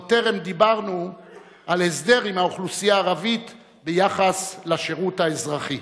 ועוד טרם דיברנו על הסדר עם האוכלוסייה הערבית בנושא השירות האזרחי.